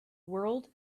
world